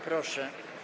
Proszę.